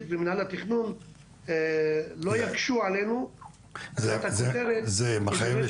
במינהל התכנון לא יקשו עלינו --- זה מחייב את